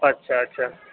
اچھا اچھا